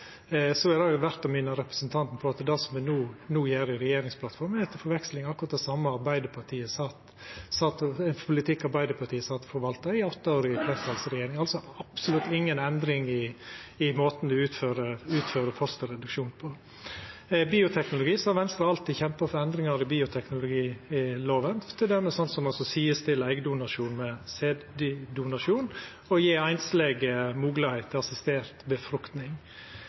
Så er det verdt å minna representanten om at det me no gjer i regjeringsplattforma, er til forveksling likt den politikken Arbeidarpartiet sat og forvalta i åtte år i fleirtalsregjering, altså absolutt inga endring i måten ein utfører fosterreduksjon på. Når det gjeld bioteknologi, har Venstre alltid kjempa for endringar i bioteknologilova, t.d. å sidestilla eggdonasjon med sæddonasjon og gje einslege moglegheit til assistert befruktning.